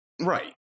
right